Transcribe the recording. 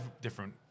different